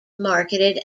marketed